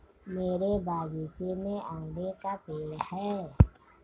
मेरे बगीचे में आंवले का पेड़ है